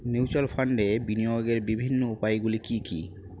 Mutual ফান্ডে বিনিয়োগের বিভিন্ন উপায়গুলি কি কি?